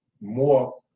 more